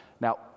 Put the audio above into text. Now